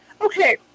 Okay